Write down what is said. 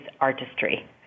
artistry